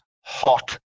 hot